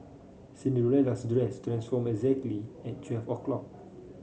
Cinderella's dress transformed exactly at twelve o' clock